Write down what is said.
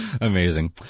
Amazing